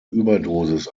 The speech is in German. überdosis